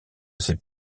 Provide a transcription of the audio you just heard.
ses